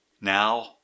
Now